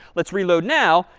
let's reload now.